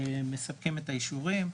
מספקים את האישורים,